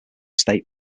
state